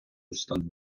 установ